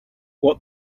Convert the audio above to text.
what